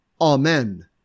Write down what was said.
Amen